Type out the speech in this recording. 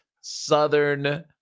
Southern